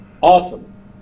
awesome